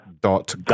dot